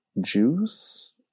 juice